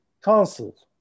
Council